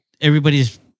everybody's